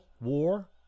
war